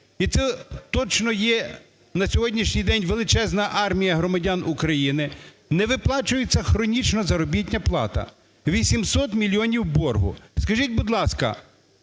і це точно є на сьогоднішній день величезна армія громадян України, не виплачується хронічно заробітна плата, 800 мільйонів боргу. Скажіть, будь ласка,